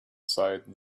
sighed